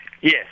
Yes